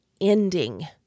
ending